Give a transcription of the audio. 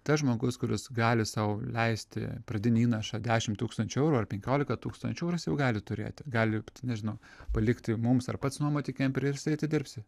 tas žmogus kuris gali sau leisti pradinį įnašą dešimt tūkstančių eurų ar penkiolika tūkstančių eurų jis jau gali turėti gali nežinau palikti mums ar pats nuomoti kemperį ir jisai atidirbsi